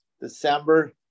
December